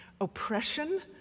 oppression